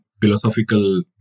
philosophical